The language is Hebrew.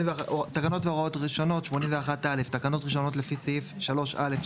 "תקנות והוראות ראשונות 81 (א) תקנות ראשונות לפי סעיף 3(א)(6)